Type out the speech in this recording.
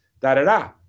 Da-da-da